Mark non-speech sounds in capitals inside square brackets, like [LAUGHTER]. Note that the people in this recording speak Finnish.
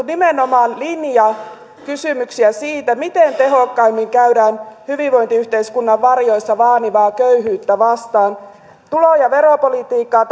[UNINTELLIGIBLE] nimenomaan linjakysymyksiä siitä miten tehokkaimmin käydään hyvinvointiyhteiskunnan varjoissa vaanivaa köyhyyttä vastaan tulo ja veropolitiikkaan [UNINTELLIGIBLE]